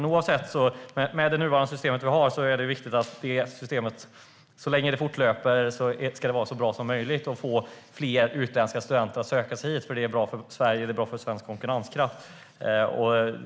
Så länge vi har nuvarande system är det viktigt att det är så bra som möjligt och att det får fler utländska studenter att söka sig hit eftersom det är bra för Sverige och svensk konkurrenskraft.